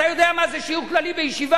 אתה יודע מה זה שיעור כללי בישיבה?